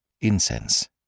Incense